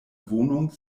wohnung